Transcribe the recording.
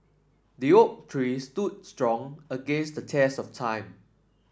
the oak tree stood strong against the test of time